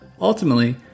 Ultimately